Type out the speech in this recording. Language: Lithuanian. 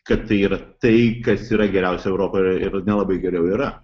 kad yra tai kas yra geriausia europoje ir nelabai geriau yra